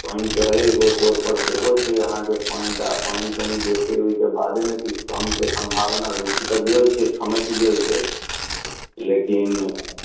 पानि तऽ अइ रोड तोड पर सेहो छै अहाँके पानि तऽ पानि कनि जे छै ओहिके बादे ने किछु कमके सम्भावना रुकि तऽ गेल छै ठमकि गेल छै लेकिन